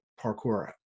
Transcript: parkour